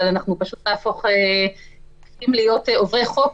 אבל מצד שני אנחנו פשוט נהפוך להיות עוברי חוק.